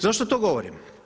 Zašto to govorim?